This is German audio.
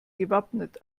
gewappnet